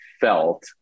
felt